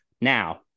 Now